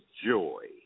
joy